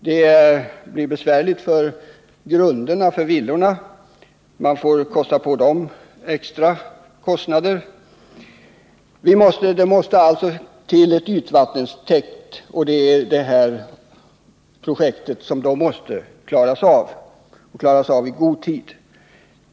Det medför att extra kostnader måste läggas ned för att förstärka villornas grunder. Det måste alltså till en ytvattentäkt, och det är detta projekt som måste klaras av i god tid.